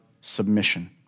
submission